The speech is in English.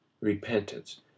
repentance